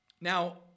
Now